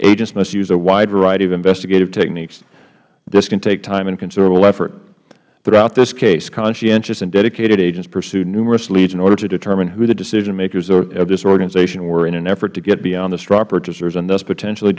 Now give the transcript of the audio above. agents must use a wide variety of investigative techniques this can take time and considerable effort throughout this case conscientious and dedicated agents pursued numerous leads in order to determine who the decision makers of this organization were in an effort to get beyond the straw purchasers and thus potentially